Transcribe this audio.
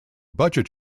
budget